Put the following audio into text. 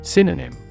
Synonym